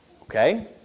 okay